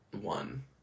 one